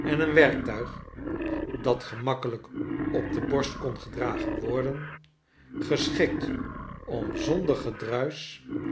en een werktuig dat gemakkelijk op de borst kon gedragen worden geschikt om zonder gedruisch